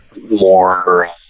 more